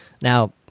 Now